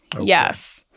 Yes